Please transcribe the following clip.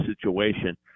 situation